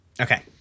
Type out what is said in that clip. Okay